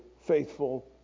faithful